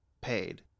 paid